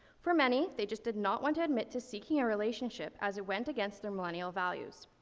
for many, they just did not want to admit to seeking a relationship as it went against their millennial values.